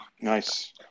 nice